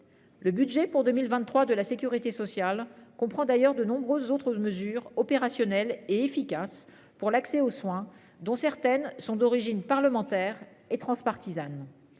Le budget pour 2023 de la Sécurité sociale prend d'ailleurs de nombreuses autres mesures opérationnelles et efficace pour l'accès aux soins, dont certaines sont d'origine parlementaire et transpartisane.